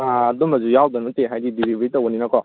ꯑꯥ ꯑꯗꯨꯒꯨꯝꯕꯁꯨ ꯌꯥꯎꯗꯕ ꯅꯠꯇꯦ ꯍꯥꯏꯕꯗꯤ ꯗꯦꯂꯤꯚꯔꯤ ꯇꯧꯕꯅꯤꯅꯀꯣ